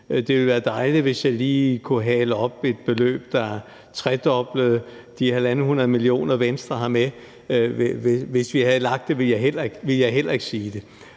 Det ville være dejligt, hvis jeg lige kunne hale et beløb op, der tredoblede de 150 mio. kr., Venstre har med. Hvis vi havde lagt det, ville jeg heller ikke sige det.